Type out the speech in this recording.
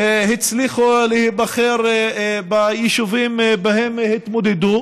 הצליחו להיבחר ביישובים שבהם התמודדו.